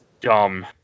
dumb